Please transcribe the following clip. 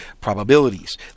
probabilities